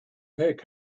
pick